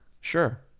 Sure